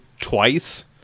twice